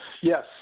Yes